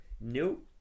Nope